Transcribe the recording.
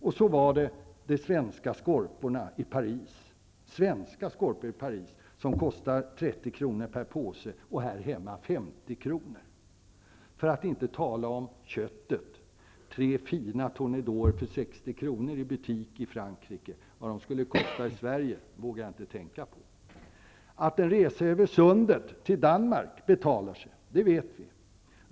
Och så var det de svenska skorporna, som i Paris kostar 30 kr. per påse och här hemma 50 kr. För att inte tala om köttet: tre fina tournedoser för 60 kr. i butik i Frankrike. Vad de skulle kosta i Sverige vågar jag inte tänka på. Att en resa över sundet till Danmark betalar sig vet vi.